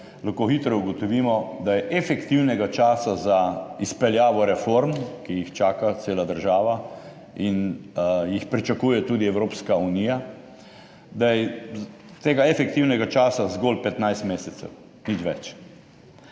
lahko hitro ugotovimo, da je efektivnega časa za izpeljavo reform, ki jih čaka cela država in jih pričakuje tudi Evropska unija, da je tega efektivnega časa zgolj 15 mesecev, nič več.